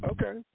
Okay